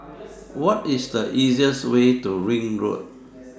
What IS The easiest Way to Ring Road